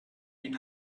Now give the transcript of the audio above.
ell